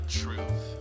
truth